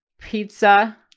pizza